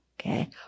Okay